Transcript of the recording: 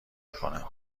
میکنم